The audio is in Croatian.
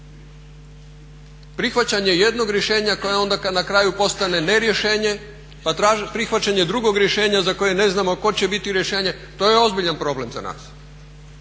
Prihvaćanje jednog rješenja koje onda na kraju postane ne rješenje, pa prihvaćanje drugog rješenja za koje ne znamo koje će biti rješenje. To je ozbiljan problem za nas.